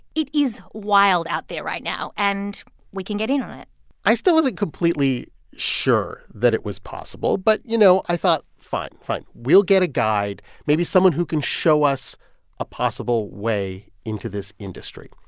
it is wild out there right now, and we can get in on it i still wasn't completely sure that it was possible. but you know, i thought fine, fine. we'll get a guide, guide, maybe someone who can show us a possible way into this industry.